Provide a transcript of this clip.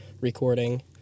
recording